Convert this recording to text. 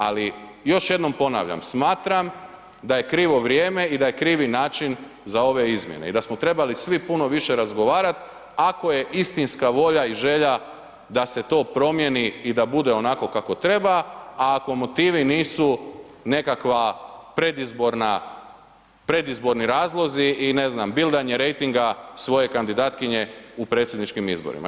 Ali, još jednom ponavljam smatram da je krivo vrijeme i da je krivi način za ove izmjene i da smo trebali svi puno više razgovarati ako je istinska volja i želja da se to promijeni i da bude onako kako treba, a ako motivi nisu nekakva predizborna, predizborni razlozi ne znam bildanje rejtinga svoje kandidatkinje u predsjedničkim izborima.